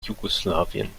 jugoslawien